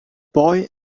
boy